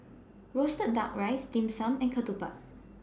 Roasted Duck Rice Dim Sum and Ketupat